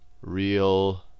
real